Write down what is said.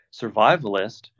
survivalist